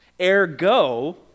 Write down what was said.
ergo